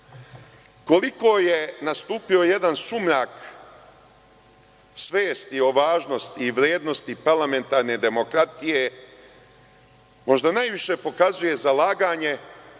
je nastupio jedan sumrak svesti o važnosti i vrednosti parlamentarne demokratije možda najviše pokazuje zalaganje